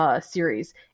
Series